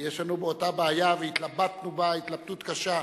יש לנו אותה הבעיה, והתלבטנו בה התלבטות קשה.